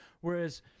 Whereas